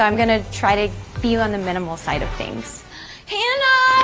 i'm gonna try to be on the minimal side of things hannah!